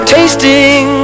Tasting